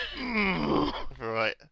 Right